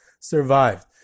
survived